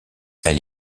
elle